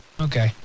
Okay